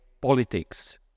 politics